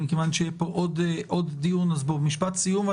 מכיוון שיהיה פה עוד דיון אז אנא תאמר משפט סיום.